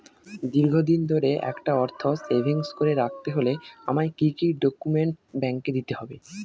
দীর্ঘদিন ধরে একটা অর্থ সেভিংস করে রাখতে হলে আমায় কি কি ডক্যুমেন্ট ব্যাংকে দিতে হবে?